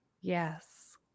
Yes